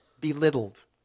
belittled